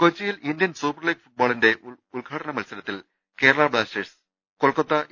കൊച്ചിയിൽ Indian super league ഫുട്ബോളിന്റെ ഉദ്ഘാടന മത്സര ത്തിൽ കേരള ബ്ലാസ്റ്റേഴ്സ് കൊൽക്കത്ത എ